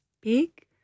big